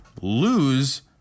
lose